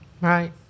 Right